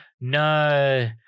No